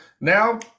Now